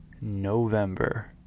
November